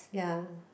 ya